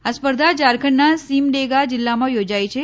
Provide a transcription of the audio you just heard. આ સ્પર્ધા ઝારખંડના સીમડેગા જિલ્લામાં યોજાઈ છે